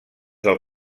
del